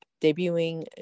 debuting